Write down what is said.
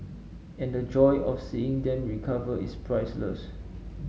and the joy of seeing them recover is priceless